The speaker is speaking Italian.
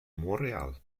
montréal